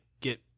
get